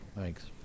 thanks